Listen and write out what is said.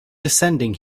descending